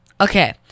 Okay